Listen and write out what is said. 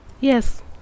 Yes